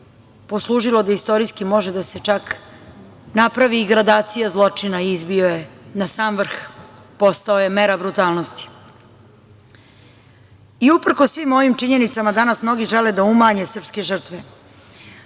poslužilo da istorijski može da se čak napravi i gradacija zločina i izbio je na sam vrh, postao je mera brutalnosti. Uprkos svim ovim činjenicama, danas mnogi žele da umanje srpske žrtve.